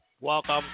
Welcome